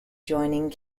joining